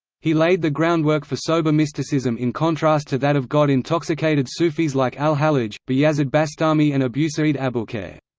he laid the groundwork for sober mysticism in contrast to that of god-intoxicated sufis like al-hallaj, bayazid bastami and abusaeid abolkheir.